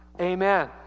amen